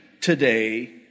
today